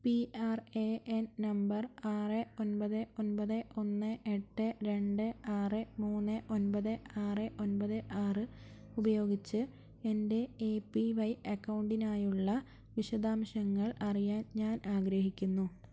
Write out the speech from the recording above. P R A N number ആറ് ഒൻപത് ഒൻപത് ഒന്ന് എട്ട് രണ്ട് ആറ് മൂന്ന് ഒൻപത് ആറ് ഒൻപത് ആറ് ഉപയോഗിച്ച് എൻ്റെ എ പി വൈ അക്കൗണ്ടിനായുള്ള വിശദാംശങ്ങൾ അറിയാൻ ഞാൻ ആഗ്രഹിക്കുന്നു